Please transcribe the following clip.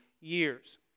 years